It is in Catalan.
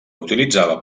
utilitzava